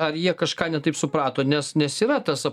ar jie kažką ne taip suprato nes nes yra tas